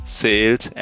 sales